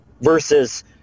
versus